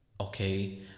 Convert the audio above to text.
okay